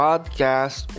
Podcast